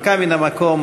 הנמקה מן המקום.